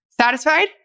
satisfied